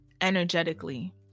energetically